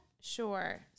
Sure